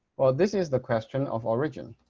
this is the question of origin.